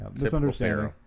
misunderstanding